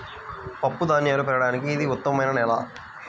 పప్పుధాన్యాలు పెరగడానికి ఇది ఉత్తమమైన నేల